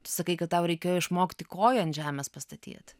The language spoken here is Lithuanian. sakai kad tau reikėjo išmokti koją ant žemės pastatyt